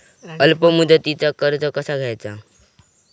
अल्प मुदतीचा कर्ज कसा घ्यायचा?